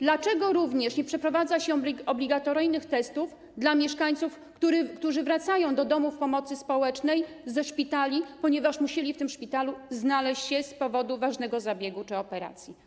Dlaczego również nie przeprowadza się obligatoryjnych testów dla mieszkańców, którzy wracają do domów pomocy społecznej ze szpitali, ponieważ musieli w tym szpitalu znaleźć się z powodu ważnego zabiegu czy operacji?